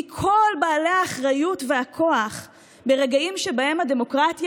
מכל בעלי האחריות והכוח ברגעים שבהם הדמוקרטיה